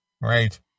right